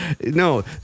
no